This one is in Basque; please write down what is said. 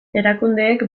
erakundeek